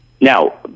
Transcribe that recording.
Now